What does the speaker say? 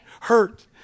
hurt